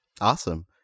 Awesome